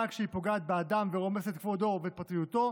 אבל כשהיא פוגעת באדם ורומסת את כבודו ואת פרטיותו,